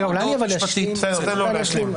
ניתן ליועץ המשפטי להשלים.